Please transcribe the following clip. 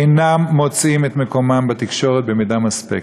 אינם מוצאים את מקומם בתקשורת במידה מספקת.